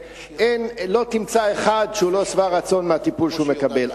לא תמצא אחד שהוא לא שבע רצון מהטיפול שהוא מקבל.